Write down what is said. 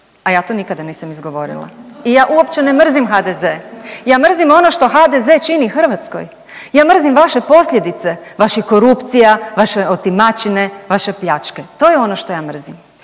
a ja to nikada nisam izgovorila i ja uopće ne mrzim HDZ. Ja mrzim ono što HDZ čini Hrvatskoj, ja mrzim vaše posljedice vaših korupcija, vaše otimačine, vaše pljačke to je ono što ja mrzim.